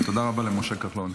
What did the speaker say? תודה רבה למשה כחלון.